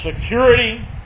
security